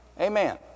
amen